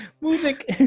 Music